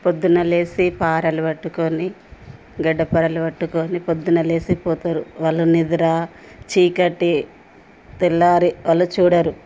పొద్దున్న లేసి పారలు పట్టుకుని గడ్డపారలు పట్టుకుని పొద్దున్న లేసిపోతారు వాళ్ళు నిద్ర చీకటి తెల్లారి వాళ్ళు చూడరు